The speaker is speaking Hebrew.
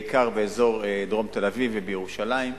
בעיקר באזור דרום תל-אביב ובירושלים.